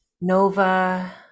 Nova